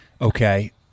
Okay